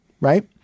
right